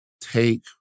take